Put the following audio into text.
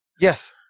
Yes